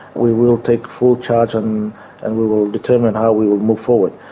we will take full charge and and we will determine how we will move forward.